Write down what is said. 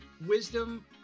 wisdom